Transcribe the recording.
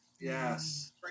Yes